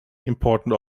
important